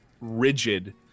rigid